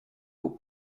will